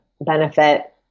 benefit